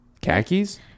khakis